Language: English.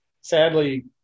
Sadly